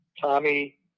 Tommy